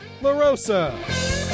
LaRosa